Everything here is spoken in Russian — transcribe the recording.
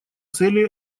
цели